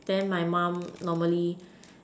then my mum normally